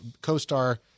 co-star